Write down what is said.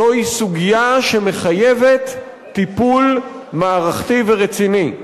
זוהי סוגיה שמחייבת טיפול מערכתי ורציני.